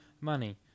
Money